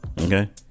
Okay